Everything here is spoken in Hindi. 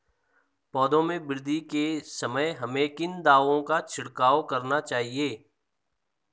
पौधों में वृद्धि के समय हमें किन दावों का छिड़काव करना चाहिए?